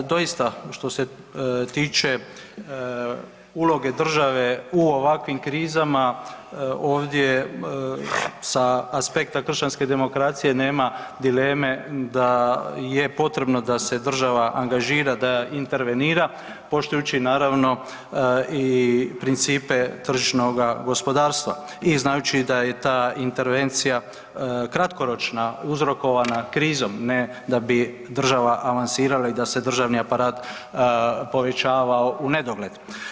Doista što se tiče uloge države u ovakvim krizama, ovdje sa aspekta Kršćanske demokracije nema dileme da je potrebno da se država angažira, da intervenira poštujući naravno i principe tržišnoga gospodarstva i znajući da je ta intervencija kratkoročna uzorkovana krizom, ne da bi država avansirala i da se državni aparat povećavao u nedogled.